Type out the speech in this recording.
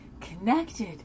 connected